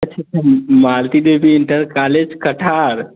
अच्छा अच्छा मार्केट में अभी इंटर कालेज कठार